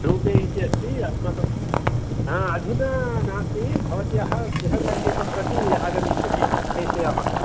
रूपे इति अस्ति अस्माकं अधुना नास्ति भवत्याः गृह सङ्केतं प्रति आगमिष्यति प्रेषयामः